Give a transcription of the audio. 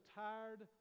tired